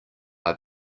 have